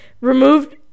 removed